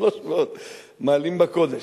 300 מעלים בקודש.